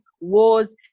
wars